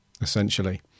essentially